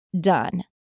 done